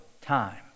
time